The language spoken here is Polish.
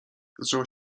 zaczęła